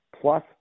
plus